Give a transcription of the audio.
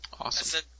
Awesome